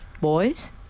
boys